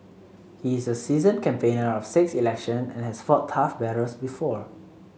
he is a seasoned campaigner of six election and has fought tough battles before